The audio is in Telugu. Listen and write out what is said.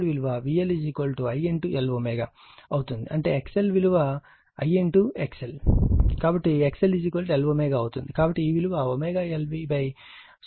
కాబట్టి L వద్ద వోల్టేజ్ యొక్క మగ్నిట్యూడ్ విలువ VL I Lω అవుతుంది అంటే XL విలువI XL విలువ కాబట్టి XLLω అవుతుంది